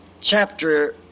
chapter